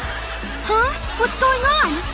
huh? what's going on?